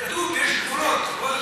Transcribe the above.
כתוב, יש גבולות.